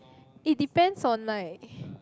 it depends on like